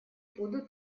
будут